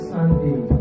Sunday